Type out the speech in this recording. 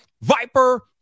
Viper